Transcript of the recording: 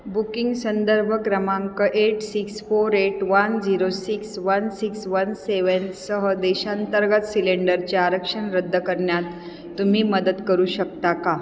booking संदर्भ क्रमांक eight six four eight one zero six one six one सेवेनसह देशांतर्गत सिलेंडरच्या आरक्षण रद्द करण्यात तुम्ही मदत करू शकता का